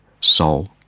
soul